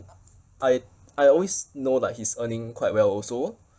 I I always know like he's earning quite well also